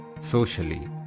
socially